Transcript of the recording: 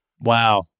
Wow